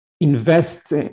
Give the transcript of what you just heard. invest